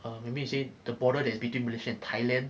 err maybe you say the border that is between malaysia and thailand